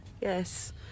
yes